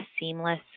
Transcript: seamless